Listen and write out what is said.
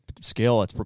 skill